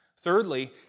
Thirdly